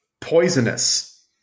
poisonous